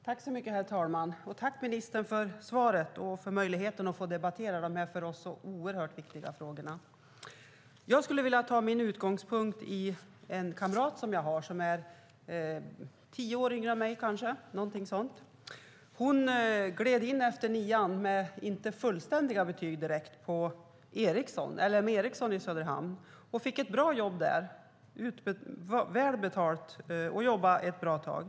Herr talman! Jag tackar ministern för svaret och för möjligheten att få debattera de här för oss så oerhört viktiga frågorna. Jag skulle vilja ta min utgångspunkt i en kamrat som jag har som är ungefär tio år yngre än jag. Hon gled efter nian in med inte direkt fullständiga betyg på LM Ericsson i Söderhamn. Hon fick ett bra och välbetalt jobb och jobbade där ett bra tag.